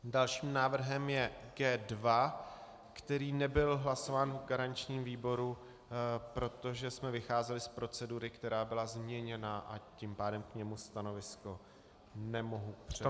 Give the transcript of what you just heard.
Dalším návrhem je G2, který nebyl hlasován v garančním výboru, protože jsme vycházeli z procedury, která byla změněna, a tím pádem k němu stanovisko nemohu přednést.